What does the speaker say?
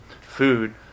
food